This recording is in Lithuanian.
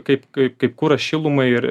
kaip kaip kaip kuras šilumai ir